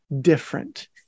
different